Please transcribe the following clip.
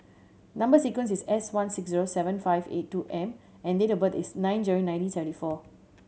number sequence is S one six zero seven five eight two M and date of birth is nine January nineteen seventy four